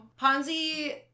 Ponzi